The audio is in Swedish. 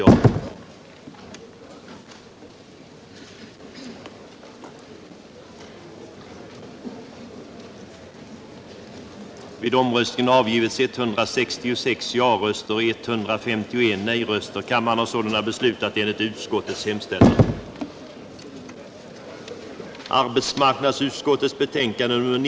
I det följande redovisas endast de punkter, vid vilka under överläggningen framställts särskilda yrkanden.